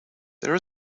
there